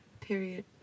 Period